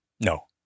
No